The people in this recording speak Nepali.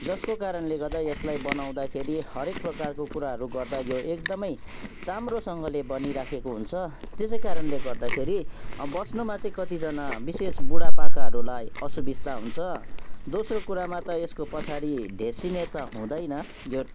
जसको कारणले गर्दा यसलाई बनाउँदाखेरि हरेक प्रकारको कुराहरू गर्दा यो एकदमै चाम्रोसँगले बनिरहेको हुन्छ त्यसै कारणले गर्दाखेरि अब बस्नमा चाहिँ कतिजना विशेष बुढापाकाहरूलाई असुविस्ता हुन्छ दोस्रो कुरामा त यसको पछाडि ढेसिने त हुँदैन